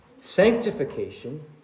Sanctification